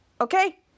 okay